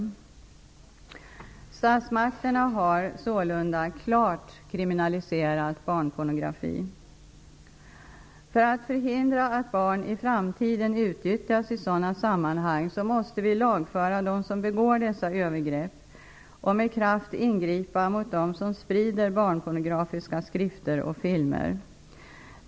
Statsmakterna har sålunda klart kriminaliserat barnpornografi. För att förhindra att barn i framtiden utnyttjas i sådana sammanhang måste vi lagföra dem som begår dessa övergrepp och med kraft ingripa mot dem som sprider barnpornografiska skrifter och filmer.